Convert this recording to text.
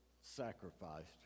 sacrificed